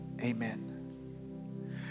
amen